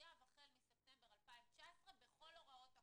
מחויב החל מספטמבר 2019 בכל הוראות החוק.